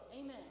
amen